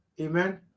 Amen